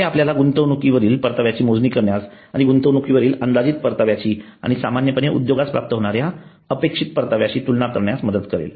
हे आपल्याला गुंतवणूकीवरील परताव्याची मोजणी करण्यास आणि गुंतवणूकीवरील अंदाजित परताव्याची आणि सामान्यपणे उद्योगास प्राप्त होणाऱ्या अपेक्षित परताव्याशी तुलना करण्यास मदत करेल